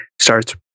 starts